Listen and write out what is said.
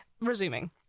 resuming